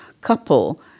couple